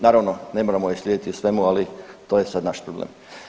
Naravno, ne moramo je slijediti u svemu, ali to je sad naš problem.